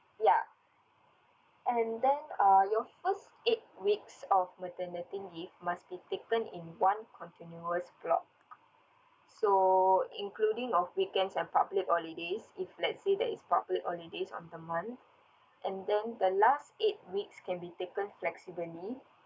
ya and then uh your first eight weeks of maternity leave must be taken in one continuous block so including of weekends and public holidays if let's say there is public holidays on the month and then the last eight weeks can be taken flexibly